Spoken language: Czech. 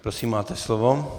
Prosím, máte slovo.